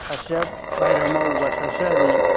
सासेया बाहेरायाव मावोबा सासेया ओरै